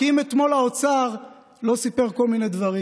כי אם אתמול האוצר לא סיפר כל מיני דברים,